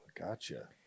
Gotcha